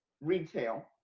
retail